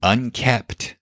Unkept